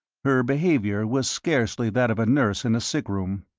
her behaviour was scarcely that of a nurse in a sick-room,